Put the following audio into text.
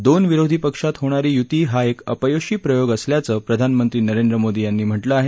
दोन विरोधी पक्षात होणारी युती हा एक अपयशी प्रयोग असल्याचं प्रधानमंत्री नरेंद्र मोदी यांनी म्हटलं आहे